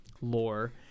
lore